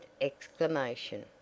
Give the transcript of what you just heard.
exclamation